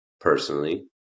personally